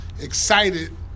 excited